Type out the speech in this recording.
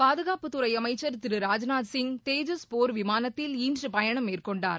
பாதுகாப்புத்துறை அமைச்சர் திரு ராஜ்நாத் சிங் தேஜஸ் போர் விமானத்தில் இன்று பயணம் மேற்கொண்டார்